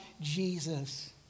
Jesus